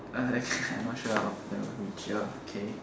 I not sure of the richer okay